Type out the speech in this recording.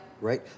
right